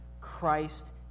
Christ